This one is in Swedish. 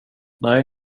nej